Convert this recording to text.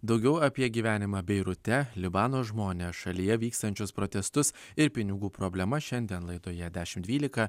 daugiau apie gyvenimą beirute libano žmones šalyje vykstančius protestus ir pinigų problemą šiandien laidoje dešim dvylika